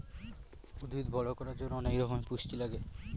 উদ্ভিদ বড়ো করার জন্য অনেক রকমের পুষ্টি লাগে